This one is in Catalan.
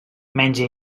menja